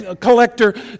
collector